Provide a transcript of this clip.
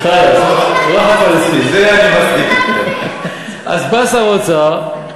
אז בא שר האוצר,